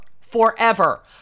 forever